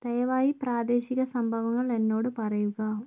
ദയവായി പ്രാദേശിക സംഭവങ്ങൾ എന്നോട് പറയുക